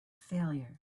failure